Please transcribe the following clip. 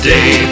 Day